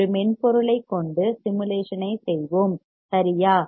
ஒரு மென்பொருளைக் கொண்டு ஒரு சிமுலேஷன் ஐச் செய்வோம் சரியா